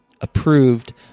approved